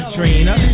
Trina